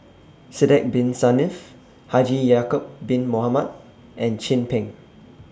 Sidek Bin Saniff Haji Ya'Acob Bin Mohamed and Chin Peng